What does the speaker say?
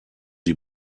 sie